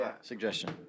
suggestion